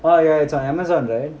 oh ya it's on amazon right